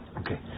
okay